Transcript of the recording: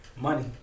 Money